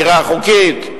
דירה חוקית.